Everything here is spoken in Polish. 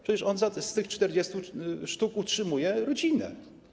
Przecież on z tych 40 sztuk utrzymuje rodzinę.